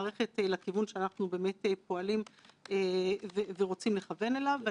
כן, זה באמת מבטא קשב לציבור והפנמה של הדברים.